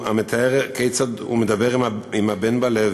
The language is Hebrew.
המתאר כיצד הוא מדבר עם הבן בלב